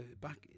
back